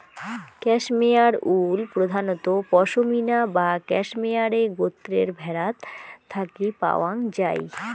cashmere wool প্রধানত পসমিনা বা ক্যাশমেয়ারে গোত্রের ভ্যাড়াত থাকি পাওয়াং যাই